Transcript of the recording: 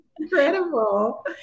Incredible